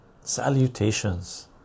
salutations